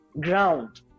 Ground